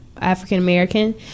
African-American